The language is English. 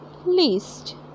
least